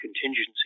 contingency